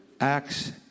Acts